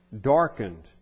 darkened